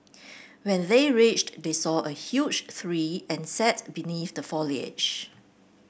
when they reached they saw a huge tree and sat beneath the foliage